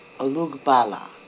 Alugbala